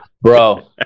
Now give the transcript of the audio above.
Bro